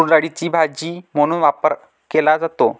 तूरडाळीचा भाजी म्हणून वापर केला जातो